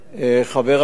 חבר הכנסת מג'אדלה,